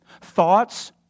Thoughts